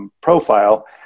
profile